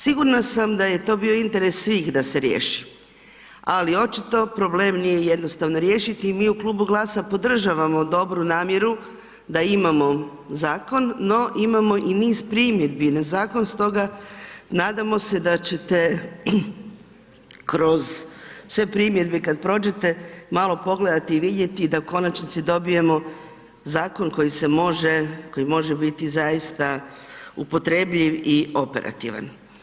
Sigurna sam da je to bio interes svih da se riješi, ali očito problem nije jednostavno riješiti i mi u Klubu GLAS-a podržavamo dobru namjeru da imamo zakon, no imamo i niz primjeni na zakon, stoga nadamo se da ćete kroz sve primjedbe kad prođete malo pogledati i vidjeti da u konačnici dobijemo zakon koji se može, koji može biti zaista upotrebljiv i operativan.